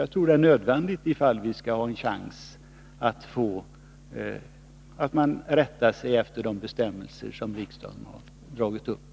Jag tror att det är nödvändigt, om vi skall ha en chans att se till att man rättar sig efter de bestämmelser som riksdagen har lagt fast.